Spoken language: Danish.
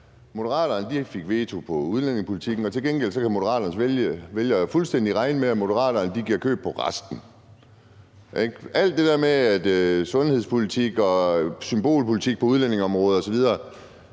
Moderaterne fik veto på udlændingepolitikken, og til gengæld kan Moderaternes vælgere fuldstændig regne med, at Moderaterne giver køb på resten. Alt det der med sundhedspolitik og symbolpolitik på udlændingeområdet osv.